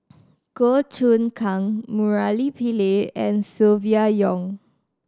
Goh Choon Kang Murali Pillai and Silvia Yong